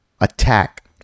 attack